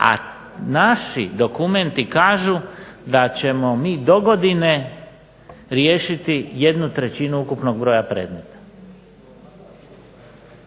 a naši dokumenti kažu da ćemo mi dogodine riješiti 1/3 ukupnog broja predmeta.